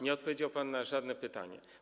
Nie odpowiedział pan na żadne pytanie.